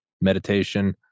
meditation